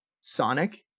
Sonic